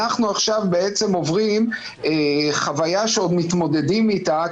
אנחנו עוברים חוויה שעוד מתמודדים אתה,